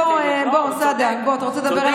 בוא, סעדה, אתה רוצה לדבר על